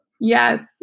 Yes